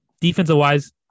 defensive-wise